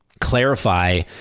clarify